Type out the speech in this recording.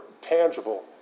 tangible